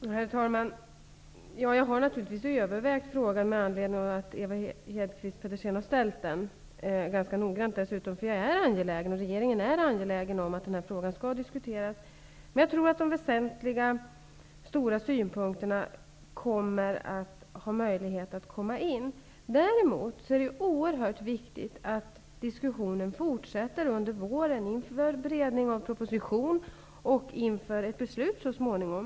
Herr talman! Jag har naturligtvis övervägt frågan med anledning av att Ewa Hedkvist Petersen har ställt den, och jag har dessutom gjort det ganska noggrant, eftersom vi i regeringen är angelägna om att den här fråga skall diskuteras. Men jag tror att de väsentliga synpunkterna ändå har möjlighet att komma in. Däremot är det oerhört viktigt att diskussionen fortsätter under våren inför beredning av propositionen och inför ett beslut i riksdagen så småningom.